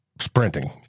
sprinting